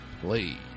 play